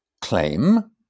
claim